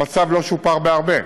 המצב לא שופר בהרבה.